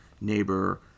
neighbor